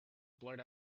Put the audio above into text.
blurt